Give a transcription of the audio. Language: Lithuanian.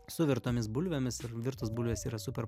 su virtomis bulvėmis ir virtos bulvės yra super